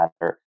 matter